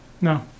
No